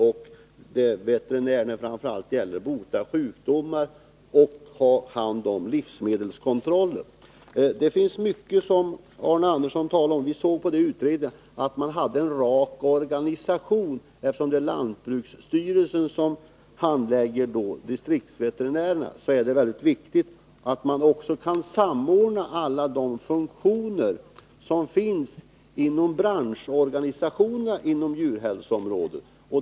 Veterinärerna skall framför allt bota sjukdomar men också ha hand om livsmedelskontrollen. Arne Andersson i Ljung talade om — och det framgick i utredningen — en rak organisation. Eftersom det är lantbruksstyrelsen som handlägger distriktsveterinärfrågor är det mycket viktigt att man också kan samördna alla de funktioner som finns inom branschorganisationerna på djurhälsoområdet.